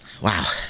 Wow